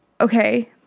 okay